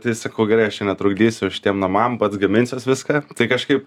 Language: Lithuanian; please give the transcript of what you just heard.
tai sakau gerai aš čia netrukdysiu šitiem namam pats gaminsiuos viską tai kažkaip